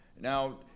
Now